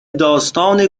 داستان